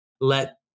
let